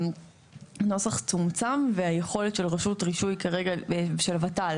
הנוסח צומצם והיכולת של רשות רישוי כרגע של הוות"ל